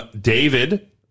David